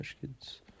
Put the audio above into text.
Kids